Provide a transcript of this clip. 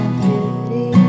beauty